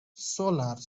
solar